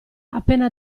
appena